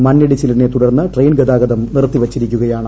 മണ്ണിടിച്ചിലിനെ തുട്ന്ന് ട്രെയിൻ ഗതാഗതം നിറുത്തി വച്ചിരിക്കുകയാണ്